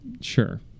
Sure